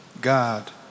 God